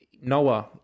Noah